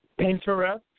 Pinterest